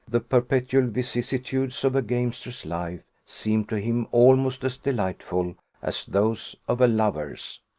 the perpetual vicissitudes of a gamester's life, seemed to him almost as delightful as those of a lover's.